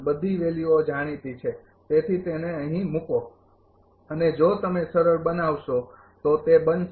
બધી વેલ્યુઓ જાણીતી છે તેથી તેને અહીં મૂકો અને જો તમે સરળ બનાવશો તો તે બનશે